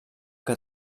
que